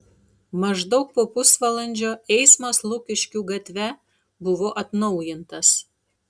maždaug po pusvalandžio eismas lukiškių gatve buvo atnaujintas